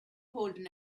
holding